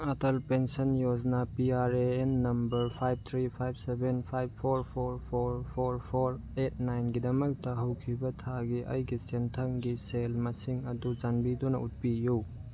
Atal pension ꯌꯣꯖꯅꯥ P R A N number five three five seven five four four four four four eight ꯅꯥꯏꯟꯒꯤꯗꯃꯛꯇ ꯍꯧꯈꯤꯕ ꯊꯥꯒꯤ ꯑꯩꯒꯤ ꯁꯦꯟꯊꯪꯒꯤ ꯁꯦꯜ ꯃꯁꯤꯡ ꯑꯗꯨ ꯆꯥꯟꯕꯤꯗꯨꯅ ꯎꯠꯄꯤꯌꯨ